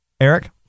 Eric